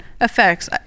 effects